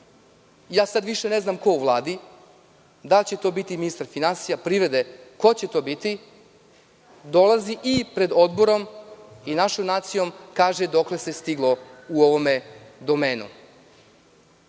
sada više ne znam ko u Vladi, da li će to biti ministar finansija, privrede ili ko će to biti, dolazi i pred Odborom i našom nacijom kaže dokle se stiglo u ovom